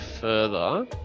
further